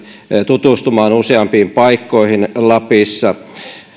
tutustumaan useampiin paikkoihin lapissa